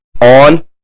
on